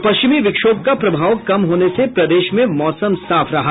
और पश्चिमी विक्षोभ का प्रभाव कम होने से प्रदेश में मौसम साफ रहा